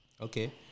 Okay